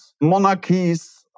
monarchies